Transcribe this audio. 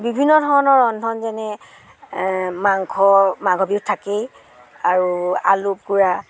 বিভিন্ন ধৰণৰ ৰন্ধন যেনে মাংস মাঘৰ বিহুত থাকেই আৰু আলু পোৰা